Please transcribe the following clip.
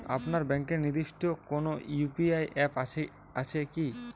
আপনার ব্যাংকের নির্দিষ্ট কোনো ইউ.পি.আই অ্যাপ আছে আছে কি?